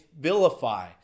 vilify